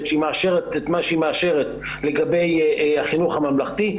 כשהיא מאשרת את מה שהיא מאשרת לגבי החינוך הממלכתי,